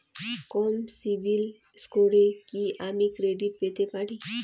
কম CIBIL স্কোরে কি আমি ক্রেডিট পেতে পারি?